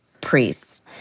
priests